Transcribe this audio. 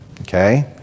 Okay